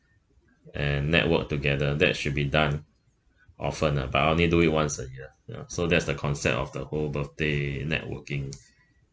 and network together that should be done often lah but I only do it once a year so that's the concept of the whole birthday networking